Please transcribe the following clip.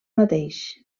mateix